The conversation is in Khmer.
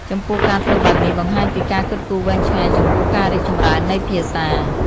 ចំពោះការធ្វើបែបនេះបង្ហាញពីការគិតគូរវែងឆ្ងាយចំពោះការរីកចម្រើននៃភាសា។